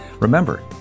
Remember